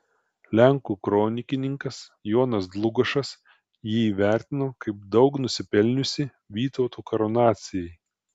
lenkų kronikininkas jonas dlugošas jį įvertino kaip daug nusipelniusį vytauto karūnacijai